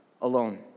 alone